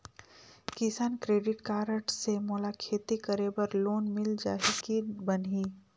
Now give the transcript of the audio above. किसान credit card से मोला खेती करे बर लोन मिल जाहि की बनही??